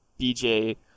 BJ